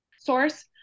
source